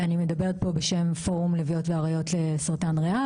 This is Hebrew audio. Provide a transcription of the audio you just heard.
אני מדברת פה בשם פורום לביאות ואריות לסרטן ריאה